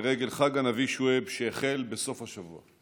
לרגל חג הנביא שועייב שהחל בסוף השבוע.